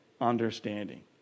understanding